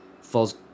falls